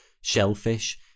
shellfish